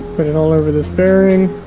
put it all over this bearing